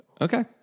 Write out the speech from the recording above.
Okay